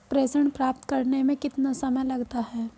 प्रेषण प्राप्त करने में कितना समय लगता है?